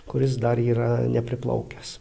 kuris dar yra nepriplaukęs